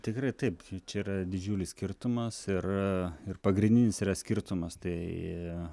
tikrai taip čia yra didžiulis skirtumas ir ir pagrindinis yra skirtumas tai